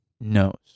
knows